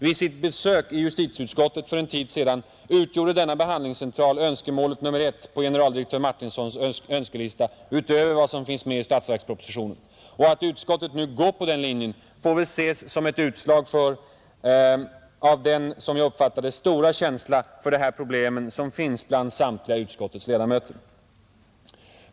Vid besöket i justitieutskottet för en tid sedan utgjorde denna behandlingscentral önskemålet nummer 1 på generaldirektör Martinssons önskelista utöver vad som finns med i statsverkspropositionen, och att utskottet nu går på den linjen får väl ses som ett utslag av den — som jag uppfattar det — stora känsla för de här problemen som finns bland samtliga utskottets ledamöter.